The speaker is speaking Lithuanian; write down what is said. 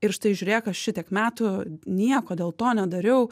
ir štai žiūrėk aš šitiek metų nieko dėl to nedariau